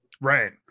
Right